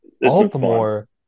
Baltimore